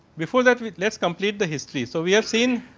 before that with less complete the histories. so, we have seen